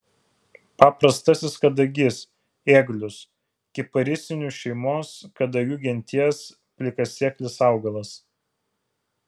paprastasis kadagys ėglius kiparisinių šeimos kadagių genties plikasėklis augalas